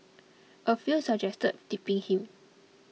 a few suggested tipping him